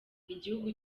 igihugu